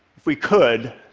if we could,